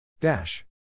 Dash